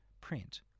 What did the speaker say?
print